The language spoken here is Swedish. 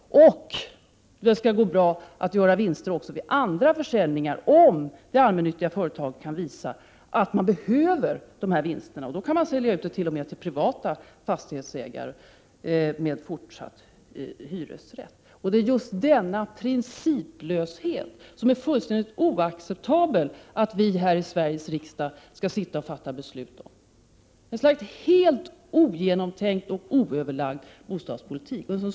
Det skall även gå bra att göra vinster vid andra försäljningar, om det allmännyttiga företaget kan visa att man behöver dessa vinster. Då kan man sälja ut husen med fortsatt hyresrätt även till privata fastighetsägare. Det är just denna principlöshet som det är fullständigt oacceptabelt att vi här i Sveriges riksdag skall sitta och fatta beslut om. Det är en helt ogenomtänkt och oöverlagd bostadspolitik.